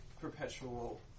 perpetual